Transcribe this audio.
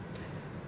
ah